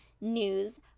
news